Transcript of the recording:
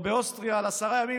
או באוסטריה על עשרה ימים,